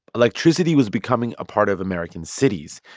electricity was becoming a part of american cities,